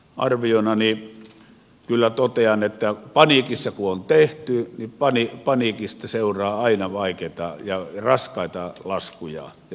henkilökohtaisena arvionani kyllä totean että paniikissa kun on tehty niin paniikista seuraa aina vaikeita ja raskaita laskuja ja seuraamuksia